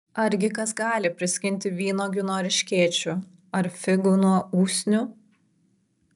argi kas gali priskinti vynuogių nuo erškėčių ar figų nuo usnių